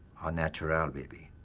natural, baby.